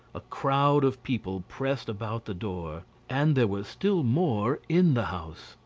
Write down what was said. a crowd of people pressed about the door, and there were still more in the house.